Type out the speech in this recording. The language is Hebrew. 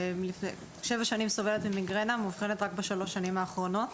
7 שנים סובלת ממיגרנה ומאובחנת רק בשלוש השנים האחרונות.